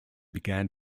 began